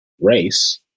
race